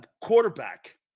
quarterback